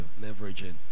leveraging